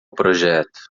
projeto